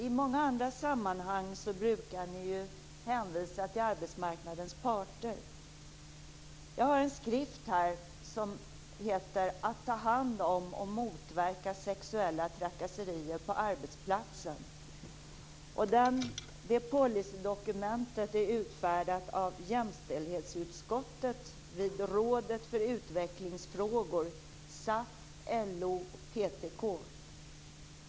I många andra sammanhang brukar ni ju hänvisa till arbetsmarknadens parter. Jag har en skrift som heter Att ta hand om och motverka sexuella trakasserier på arbetsplatsen. Det policydokumentet är utfärdat av jämställdhetsutskottet vid Rådet för Utvecklingsfrågor SAF, LO, PTK.